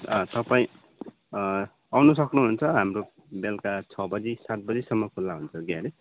तपाईँ आउनु सक्नुहुन्छ हाम्रो बेलुका छ बजी सात बजीसम्म खुल्ला हुन्छ ग्यारेज